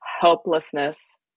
helplessness